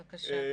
בבקשה.